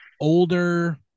Older